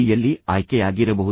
ಯಲ್ಲಿ ಆಯ್ಕೆಯಾಗಿರಬಹುದು